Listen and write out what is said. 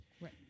Right